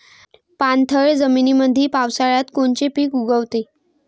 पाणथळ जमीनीमंदी पावसाळ्यात कोनचे पिक उगवते?